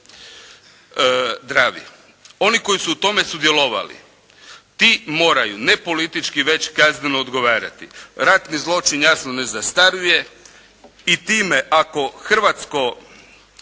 na Dravi. Oni koji su u tome sudjelovali ti moraju ne politički već kazneno odgovarati. Ratni zločin jasno ne zastaruje i time ako hrvatsko